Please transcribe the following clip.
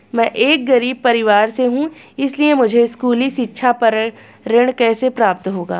मैं एक गरीब परिवार से हूं इसलिए मुझे स्कूली शिक्षा पर ऋण कैसे प्राप्त होगा?